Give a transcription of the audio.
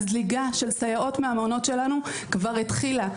הזליגה של סייעות מהמעונות שלנו כבר התחילה.